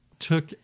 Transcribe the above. took